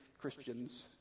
Christians